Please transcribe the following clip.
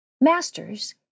Masters